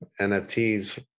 NFTs